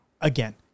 again